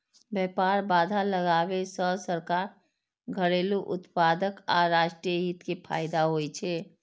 व्यापार बाधा लगाबै सं सरकार, घरेलू उत्पादक आ राष्ट्रीय हित कें फायदा होइ छै